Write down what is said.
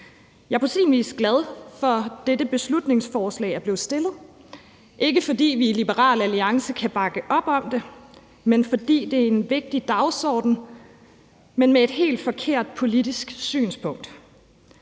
Jeg er på sin vis glad for, at dette beslutningsforslag er blevet fremsat, ikke fordi vi i Liberal Alliance kan bakke op om det, men fordi det er en vigtig dagsorden, dog med et helt forkert politisk synspunkt.